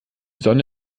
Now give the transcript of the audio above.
sonne